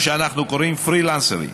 מה שאנחנו קוראים פרילנסרים,